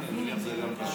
יש שטרות קניין, כן.